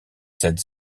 cette